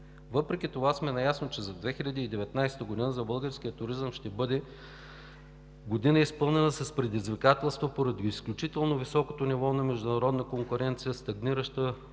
Въпреки това сме наясно, че 2019 г. за българския туризъм ще бъде година, изпълнена с предизвикателства поради изключително високото ниво на международна конкуренция, стагнираща